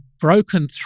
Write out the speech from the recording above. broken